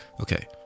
Okay